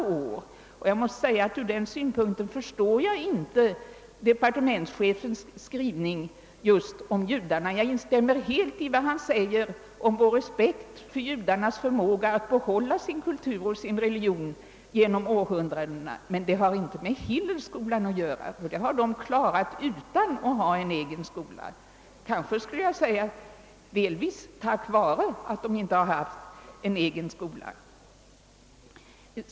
Jag måste säga att jag ur den synpunkten inte förstår departementschefens skrivning om judarna. Jag instämmer helt i vad han säger om vår respekt för judarnas förmåga att behålla sin kultur och sin religion genom århundraden. Men den saken har inte med Hillelskolan att göra, utan det har de lyckats med utan att ha en egen skola, ja delvis kanske just beroende på att de inte haft en egen skola.